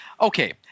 Okay